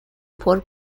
por